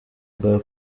bwa